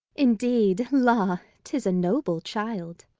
indeed, la, tis a noble child.